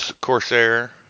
Corsair